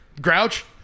Grouch